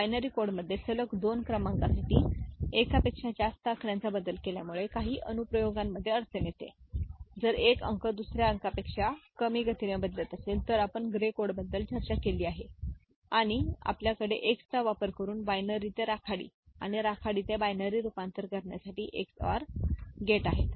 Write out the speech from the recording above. binary कोडमध्ये सलग दोन क्रमांकासाठी एकापेक्षा जास्त आकड्यांचा बदल केल्यामुळे काही अनुप्रयोगांमध्ये अडचण येते जर एक अंक दुसऱ्या अंकापेक्षा कमी गतीने बदलत असेल तर आपण ग्रे कोडबद्दल चर्चा केली आहे आणि आपल्याकडे एक्सचा वापर करून बायनरी ते राखाडी आणि राखाडी ते बायनरी रूपांतरण करण्यासाठी EX OR गेट आहेत